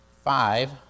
Five